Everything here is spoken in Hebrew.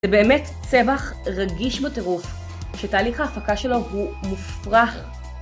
זה באמת צווח רגיש בטרוף, שתהליך ההפקה שלו הוא מופרח.